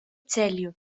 целью